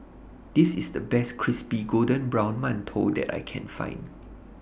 This IS The Best Crispy Golden Brown mantou that I Can Find